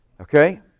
Okay